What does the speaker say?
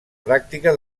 pràctica